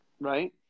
right